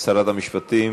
שרת המשפטים